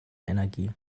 energie